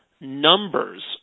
numbers